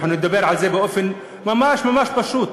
אני מדבר על זה באופן ממש ממש פשוט,